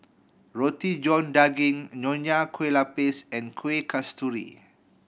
Roti John Daging Nonya Kueh Lapis and Kuih Kasturi